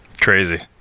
Crazy